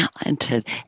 talented